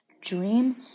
Dream